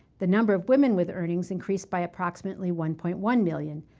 the number of women with earnings increased by approximately one point one million,